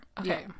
Okay